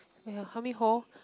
oh ya help me hold